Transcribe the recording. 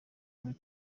muri